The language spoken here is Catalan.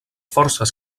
forces